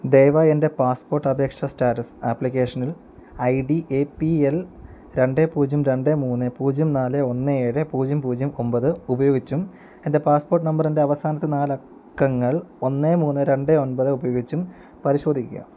ദയവായി എൻ്റെ പാസ്പോർട്ട് അപേക്ഷാ സ്റ്റാറ്റസ് ആപ്ലിക്കേഷനിൽ I D A P L രണ്ട് പൂജ്യം രണ്ട് മൂന്ന് പൂജ്യം നാല് ഒന്ന് ഏഴ് പൂജ്യം പൂജ്യം ഒമ്പത് ഉപയോഗിച്ചും എൻ്റെ പാസ്പോർട്ട് നമ്പറിൻ്റെ അവസാനത്തെ നാല് അക്കങ്ങൾ ഒന്ന് മൂന്ന് രണ്ട് ഒൻപത് ഉപയോഗിച്ചും പരിശോധിക്കുക